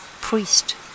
Priest